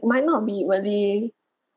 it might not be really